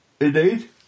Indeed